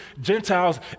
Gentiles